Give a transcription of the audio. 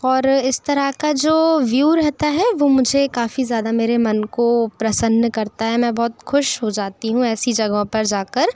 और इस तरह का जो व्यू रहता है वो मुझे काफी ज़्यादा मेरे मन को प्रसन्न करता है मैं बहुत खुश हो जाती हूँ ऐसी जगहों पर जा कर